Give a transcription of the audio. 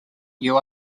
you